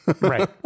right